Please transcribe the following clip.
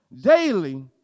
daily